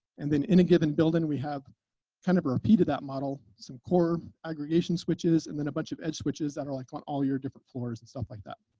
and then in a given building, we have kind of repeated that model some core aggregation switches and then a bunch of edge switches that are like on all your different floors and stuff like that.